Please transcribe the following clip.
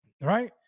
right